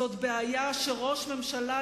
זאת בעיה שראש ממשלה,